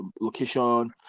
location